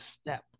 step